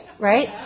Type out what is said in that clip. right